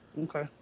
Okay